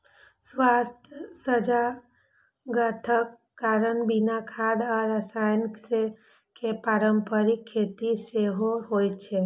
स्वास्थ्य सजगताक कारण बिना खाद आ रसायन के पारंपरिक खेती सेहो होइ छै